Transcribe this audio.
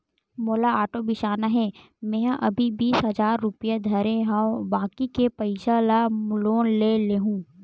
मोला आटो बिसाना हे, मेंहा अभी बीस हजार रूपिया धरे हव बाकी के पइसा ल लोन ले लेहूँ